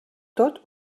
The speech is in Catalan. tot